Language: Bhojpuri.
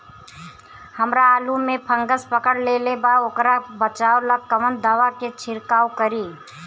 हमरा आलू में फंगस पकड़ लेले बा वोकरा बचाव ला कवन दावा के छिरकाव करी?